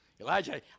Elijah